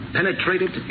penetrated